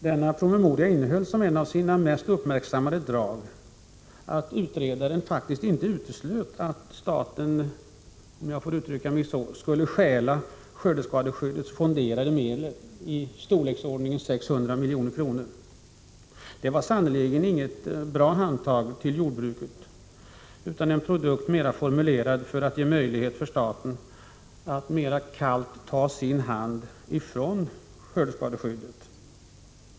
Denna promemoria innehöll som ett av sina mera uppmärksammade drag att utredaren inte uteslöt att staten — om jag får uttrycka mig så — skulle stjäla skördeskadeskyddets fonderade medel, i storleksordningen 600 milj.kr. Detta var sannerligen inget bra handtag till jordbruket utan en produkt mer utformad för att ge möjlighet för staten att kallt ta sin hand från skördeskadeskyddet.